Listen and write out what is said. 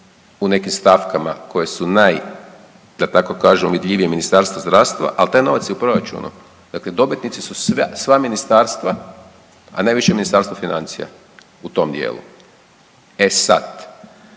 u nekim stavkama koje su naj, da tako kažem, vidljivije Ministarstvu zdravstva, ali taj novac je u proračunu. Dakle dobitnici su sva ministarstva, a najviše Ministarstvo financija u tom dijelu. E sad,